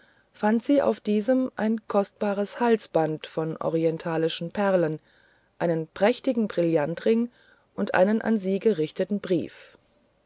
fand sie auf diesem ein kostbares halsband von orientalischen perlen einen prächtigen brillantring und einen an sie gerichteten brief